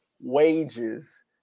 wages